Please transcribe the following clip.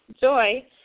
joy